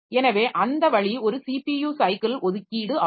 எனவே அந்த வழி ஒரு ஸிபியு சைக்கிள் ஒதுக்கீடு ஆகும்